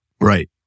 right